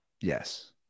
Yes